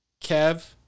Kev